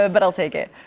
ah but i'll take it,